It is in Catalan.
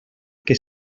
que